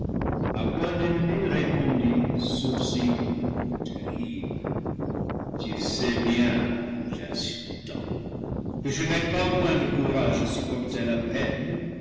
a quoi l'ennemi répondit sourcillant terrible tu sais bien ange insultant que je n'ai pas moins de cou rage à supporter la peine